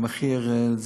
על מחיר.